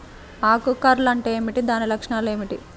ఆకు కర్ల్ అంటే ఏమిటి? దాని లక్షణాలు ఏమిటి?